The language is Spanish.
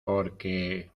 porque